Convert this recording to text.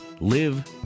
Live